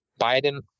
Biden